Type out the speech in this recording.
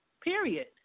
period